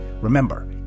Remember